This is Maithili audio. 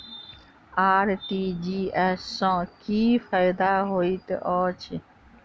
आर.टी.जी.एस सँ की फायदा होइत अछि?